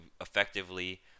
effectively